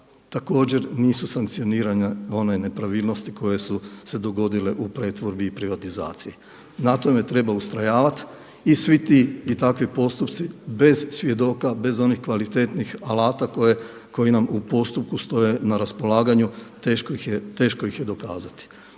također nisu sankcionirane one nepravilnosti koje su se dogodile u pretvorbi i privatizaciji. Na tome treba ustrajavati i svi ti i takvi postupci, bez svjedoka, bez onih kvalitetnih alata koji nam u postupku stoje na raspolaganju teško ih je dokazati.